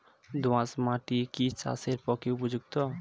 দোআঁশ মাটি কি চাষের পক্ষে উপযুক্ত?